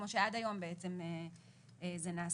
כמו שעד היום בעצם זה נעשה.